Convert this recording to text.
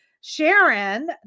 Sharon